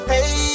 Hey